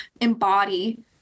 embody